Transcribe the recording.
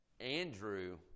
Andrew